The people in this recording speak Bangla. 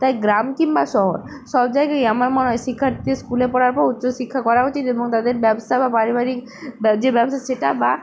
তাই গ্রাম কিংবা শহর সব জায়গায়ই আমার মনে হয় শিক্ষার্থীর স্কুলে পড়ার পর উচ্চশিক্ষা করা উচিত এবং তাদের ব্যবসা বা পারিবারিক বা যে ব্যবসা সেটা বা